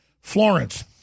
Florence